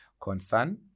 concern